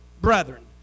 brethren